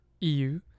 EU